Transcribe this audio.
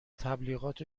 تبلیغات